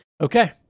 Okay